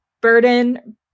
burden